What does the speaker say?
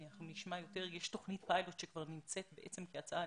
יש תוכנית פיילוט שכבר נמצאת כהצעה,